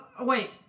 wait